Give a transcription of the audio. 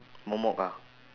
momok ah